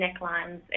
necklines